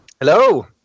Hello